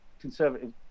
Conservative